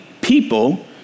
people